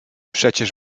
przecież